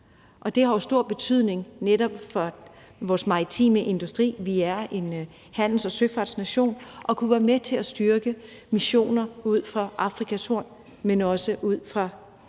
det har jo stor betydning for netop vores maritime industri – vi er en handels- og søfartsnation – at kunne være med til at styrke missioner ud for Afrikas Horn, men også ud for